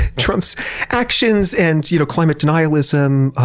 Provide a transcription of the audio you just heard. trump's actions and you know climate denialism.